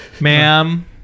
Ma'am